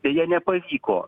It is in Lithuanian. deja nepavyko